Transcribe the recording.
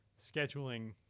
scheduling